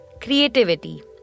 creativity